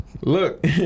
look